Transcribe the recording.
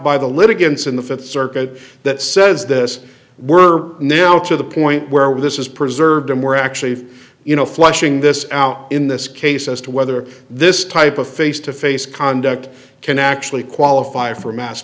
by the litigants in the th circuit that says this we're now to the point where this is preserved and we're actually you know flushing this out in this case as to whether this type of face to face conduct can actually qualify for mass